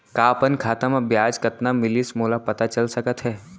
का अपन खाता म ब्याज कतना मिलिस मोला पता चल सकता है?